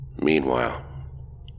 Meanwhile